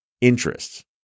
interests